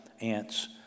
ants